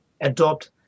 adopt